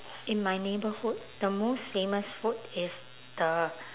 in my neighbourhood the most famous food is the